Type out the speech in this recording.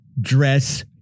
dress